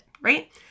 right